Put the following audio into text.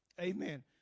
Amen